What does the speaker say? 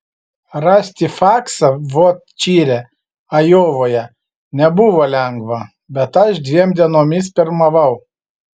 rasti faksą vot čire ajovoje nebuvo lengva bet aš dviem dienomis pirmavau